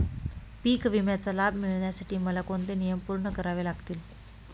पीक विम्याचा लाभ मिळण्यासाठी मला कोणते नियम पूर्ण करावे लागतील?